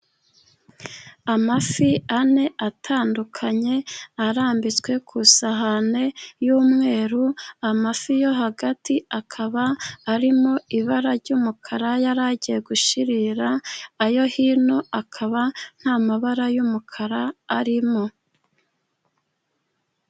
Amafi ane, atandukanye, arambitswe ku isahani y'umweru, amafi yo hagati akaba arimo ibara ry'umukara yari agiye gushirira, ayo hino akaba nta mabara y'umukara arimo.